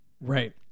Right